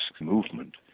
movement